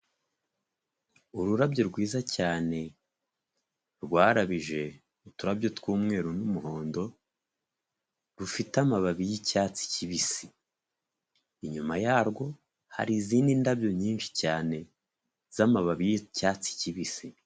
Ururabyo rwiza cyane, rwarabije uturabyo tw'umweru n'umuhondo, rufite amababi y'icyatsi kibisi, inyuma yarwo hari izindi ndabyo nyinshi cyane z''amababi yicyatsi kibisi.